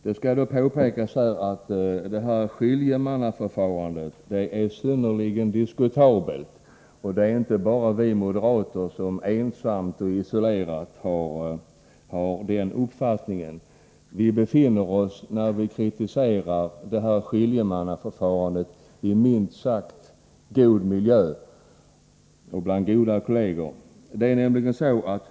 Det skall här påpekas att detta skiljemannaförfarande är synnerligen diskutabelt. Det är inte bara vi moderater som isolerat har den uppfattningen. När vi kritiserar detta skiljemannaförfarande befinner vi oss i minst sagt gott sällskap.